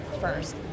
first